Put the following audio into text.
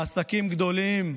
בעסקים גדולים,